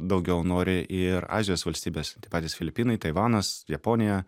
daugiau nori ir azijos valstybės tie patys filipinai taivanas japonija